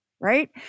right